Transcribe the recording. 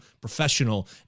professional